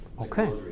Okay